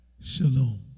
shalom